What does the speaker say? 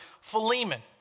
Philemon